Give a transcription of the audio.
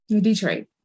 Detroit